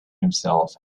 himself